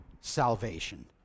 salvation